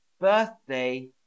Birthday